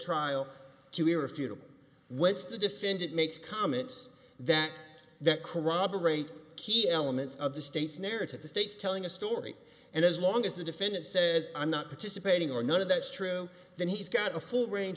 trial to irrefutable which the defendant makes comments that that corroborate key elements of the state's narrative the state's telling a story and as long as the defendant says i'm not participating or not if that's true then he's got a full range